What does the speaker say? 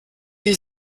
die